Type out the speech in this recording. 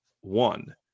One